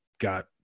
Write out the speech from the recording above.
got